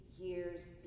years